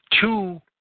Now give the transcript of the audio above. Two